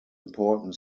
important